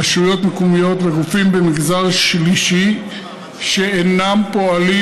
רשויות מקומיות וגופים במגזר השלישי שאינם פועלים